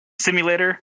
simulator